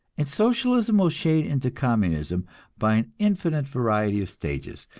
and socialism will shade into communism by an infinite variety of stages,